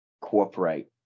cooperate